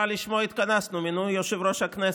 לשמו התכנסנו: מינוי יושב-ראש הכנסת.